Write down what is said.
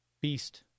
Beast